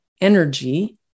energy